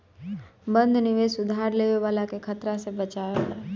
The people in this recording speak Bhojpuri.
बंध निवेश उधार लेवे वाला के खतरा से बचावेला